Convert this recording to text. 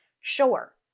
Sure